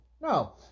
No